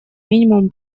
минимум